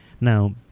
Now